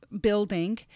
building